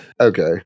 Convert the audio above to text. okay